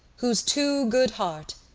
whose too good heart,